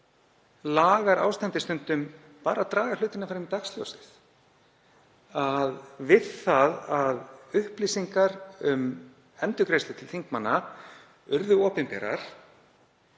lagar ástandið stundum bara að draga hlutina fram í dagsljósið. Við það að upplýsingar um endurgreiðslur til þingmanna urðu opinberar